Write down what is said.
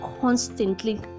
constantly